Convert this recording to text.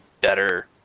better